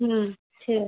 হুম ঠিক আছে